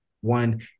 one